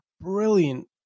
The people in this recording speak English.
brilliant